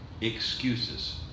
excuses